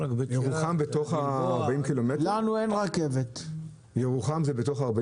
ירוחם בתוך 40 הק"מ לבאר שבע?